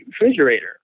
refrigerator